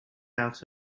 out